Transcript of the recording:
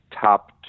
top